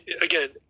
again